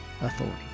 authority